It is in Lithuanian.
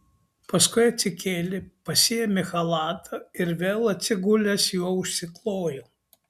paskui atsikėlė pasiėmė chalatą ir vėl atsigulęs juo užsiklojo